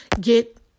Get